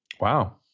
Wow